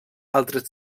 altres